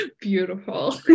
beautiful